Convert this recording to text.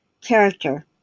character